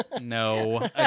No